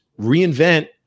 reinvent